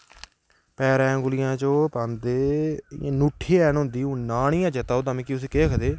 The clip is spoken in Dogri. पैरें उंगलियें च ओह् पांदे इ'यां नूठी जन होंदी हून नांऽ नी ऐ चेत्तै ओह्दा उसी केह् आखदे